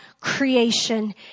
creation